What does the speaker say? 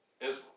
Israel